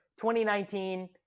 2019